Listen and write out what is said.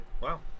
Wow